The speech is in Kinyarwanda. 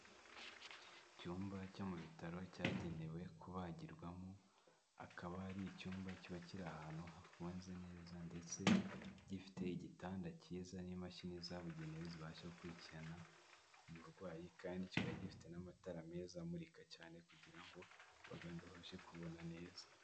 Icyumba cyo mu bitaro cyagenewe kubagirwamo akaba ari icyumba kiba kiri ahantu hafunze neza ndetse gifite igitanda kiza n'imashini zabugenewe zibasha gukurikirana umurwayi kandi kikaba gifite n'amatara meza amurika cyane kugira ngo abaganga babashe kubona neza.